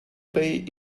pay